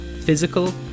physical